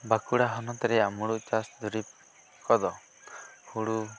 ᱵᱟᱸᱠᱩᱲᱟ ᱦᱚᱱᱚᱛ ᱨᱮᱭᱟᱜ ᱢᱩᱲᱩᱫ ᱪᱟᱥ ᱫᱩᱨᱤᱵᱽ ᱠᱚᱫᱚ ᱦᱩᱲᱩ